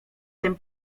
tym